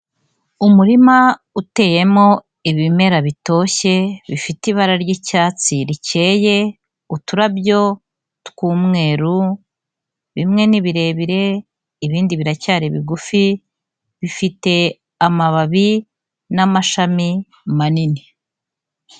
Umurima uteyemo ibimera bitoshye bifite ibara ry'icyatsi rikeye, uturabyo tw'umweru bimwe ni birebire ibindi biracyari bigufi, bifite amababi n'amashami manini.